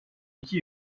iki